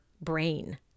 brain